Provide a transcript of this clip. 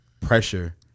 pressure